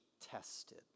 tested